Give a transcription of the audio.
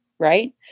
right